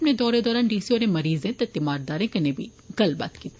अपने दौरे दौरान डी सी होरें मरीजें ते तीमारदारें कन्नै बी गल्लबात कीती